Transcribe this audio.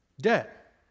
debt